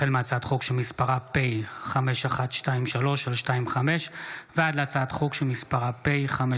החל בהצעת חוק פ/5123/25 וכלה בהצעת חוק פ/5175/25: